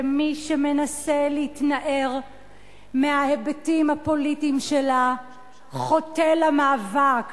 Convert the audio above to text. ומי שמנסה להתנער מההיבטים הפוליטיים שלה חוטא למאבק,